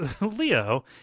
leo